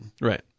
right